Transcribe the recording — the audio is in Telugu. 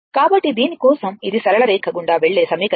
కాబట్టి దీని కోసం ఇది సరళ రేఖ గుండా వెళ్ళే సమీకరణం